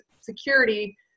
security